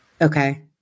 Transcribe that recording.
Okay